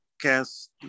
cast